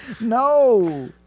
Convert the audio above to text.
No